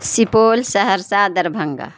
Supaul Saharsa Darbhanga